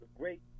Great